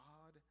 God